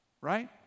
right